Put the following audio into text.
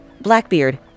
Blackbeard